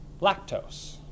lactose